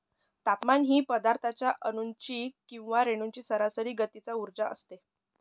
तापमान ही पदार्थाच्या अणूंची किंवा रेणूंची सरासरी गतीचा उर्जा असते